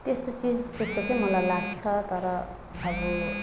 त्यस्तो चिज त्यस्तो चाहिँ मलाई लाग्छ तर अब